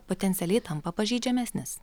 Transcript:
potencialiai tampa pažeidžiamesnis